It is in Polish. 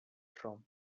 trąb